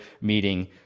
meeting